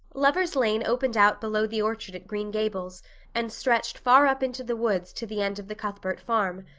lover's lane opened out below the orchard at green gables and stretched far up into the woods to the end of the cuthbert farm.